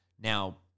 Now